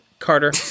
Carter